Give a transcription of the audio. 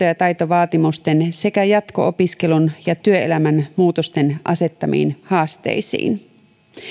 ja taitovaatimusten sekä jatko opiskelun ja työelämän muutosten asettamiin haasteisiin